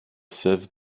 sève